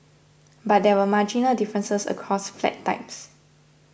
but there were marginal differences across flat types